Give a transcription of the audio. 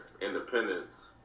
independence